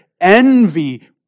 envy